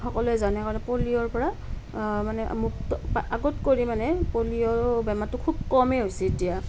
সকলোৱে জানে কাৰণে পলিঅ'ৰ পৰা মানে মুক্ত আগত কৰি মানে পলিঅ' বেমাৰটো খুব কমেই হৈছে এতিয়া